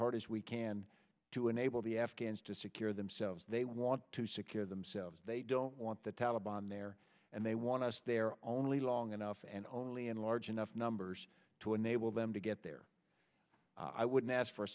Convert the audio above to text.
hard as we can to enable the afghans to secure themselves they want to secure themselves they don't want the taliban there and they want us there only long enough and only in large enough numbers to enable them to get there i wouldn't ask for a